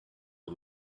the